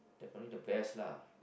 definitely the best lah